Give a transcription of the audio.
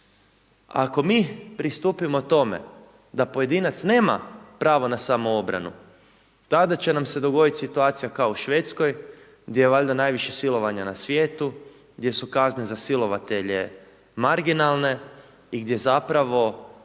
Ako mi pristupimo tome da pojedinac nema pravo na samoobranu, tada će nam se dogoditi situacija kao u Švedskoj gdje je valjda najviše silovanja na svijetu, gdje su kazne za silovatelje marginalne i gdje zapravo